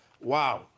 Wow